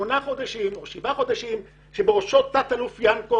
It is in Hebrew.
שמונה חודשים בראש הצוות תת-אלוף ינקו